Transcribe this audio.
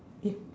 is